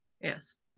yes